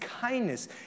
kindness